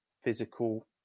physical